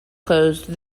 closed